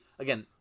again